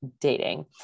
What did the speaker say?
dating